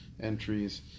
entries